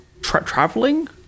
traveling